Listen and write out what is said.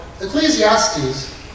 Ecclesiastes